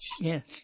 Yes